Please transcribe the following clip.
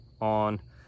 on